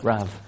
Rav